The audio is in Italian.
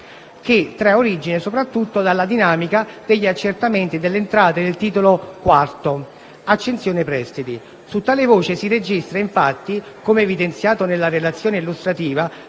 che trae origine soprattutto dalla dinamica degli accertamenti delle entrate del titolo IV (Accensione prestiti). Su tale voce si registra, infatti, come evidenziato nella relazione illustrativa,